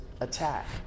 attack